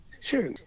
Sure